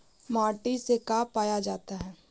माटी से का पाया जाता है?